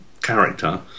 character